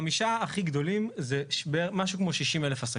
החמישה הכי גדולים זה משהו כמו 60() עסקים.